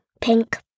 Pink